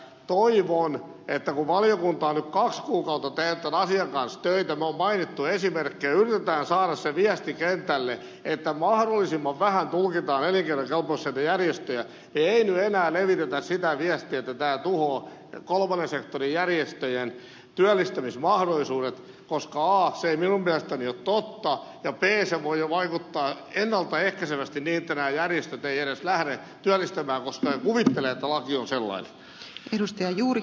toivon että kun valiokunta on nyt kaksi kuukautta tehnyt tämän asian kanssa töitä me olemme maininneet esimerkkejä yritetään saada se viesti kentälle että mahdollisimman vähän tulkitaan elinkeinokelpoisuudessa niitä järjestöjä niin ei nyt enää levitetä sitä viestiä että tämä tuhoaa kolmannen sektorin järjestöjen työllistämismahdollisuudet koska a se ei minun mielestäni ole totta ja b se voi vaikuttaa ennalta ehkäisevästi niin että nämä järjestöt eivät edes lähde työllistämään koska ne kuvittelevat että laki on sellainen